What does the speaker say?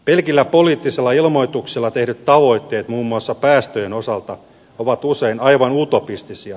pelkillä poliittisilla ilmoituksilla tehdyt tavoitteet muun muassa päästöjen osalta ovat usein aivan utopistisia